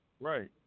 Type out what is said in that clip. right